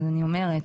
כמו שאמרתי,